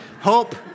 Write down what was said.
Hope